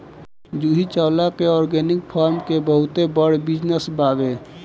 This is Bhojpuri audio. जूही चावला के ऑर्गेनिक फार्म के बहुते बड़ बिजनस बावे